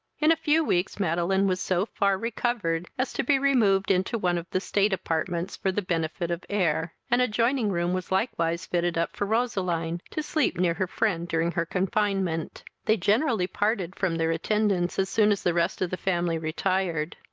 in a few weeks madeline was so far recovered, as to be removed into one of the state-apartments for the benefit of air an adjoining room was likewise fitted up for roseline, to sleep near her friend during her confinement. they generally parted from their attendants as soon as the rest of the family retired.